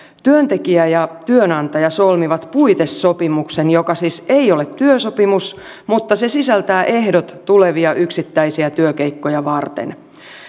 työntekijä ja työnantaja solmivat puitesopimuksen joka siis ei ole työsopimus mutta se sisältää ehdot tulevia yksittäisiä työkeikkoja varten